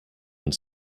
und